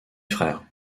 frères